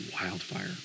wildfire